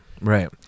right